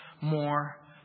more